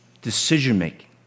decision-making